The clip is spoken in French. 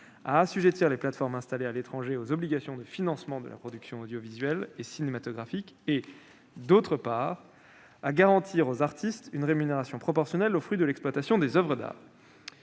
à assujettir les plateformes installées à l'étranger aux obligations de financement de la production audiovisuelle et cinématographique, et, d'autre part, à garantir aux artistes une rémunération proportionnelle aux fruits de l'exploitation des oeuvres.